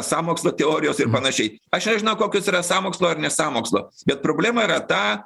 sąmokslo teorijos ir panašiai aš nežinau kokios yra sąmokslo ar ne sąmokslo bet problema yra ta